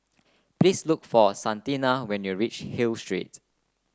please look for Santina when you reach Hill Street